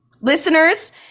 listeners